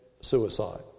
suicide